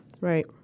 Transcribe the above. Right